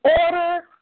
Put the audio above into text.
order